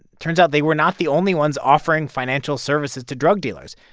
turns out they were not the only ones offering financial services to drug dealers.